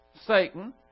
Satan